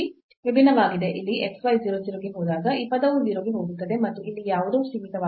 ಇಲ್ಲಿ x y 0 0 ಗೆ ಹೋದಾಗ ಈ ಪದವು 0 ಗೆ ಹೋಗುತ್ತದೆ ಮತ್ತು ಇಲ್ಲಿ ಯಾವುದೋ ಸೀಮಿತವಾಗಿದೆ